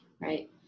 right